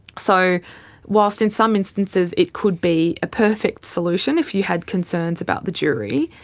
so whilst in some instances it could be a perfect solution if you had concerns about the jury,